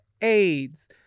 AIDS